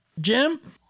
Jim